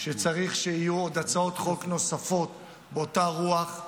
וצריך שיהיו עוד הצעות חוק נוספות באותה רוח,